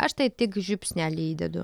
aš tai tik žiupsnelį įdedu